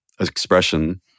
expression